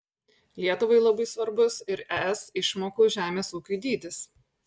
lietuvai labai svarbus ir es išmokų žemės ūkiui dydis